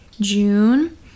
June